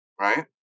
right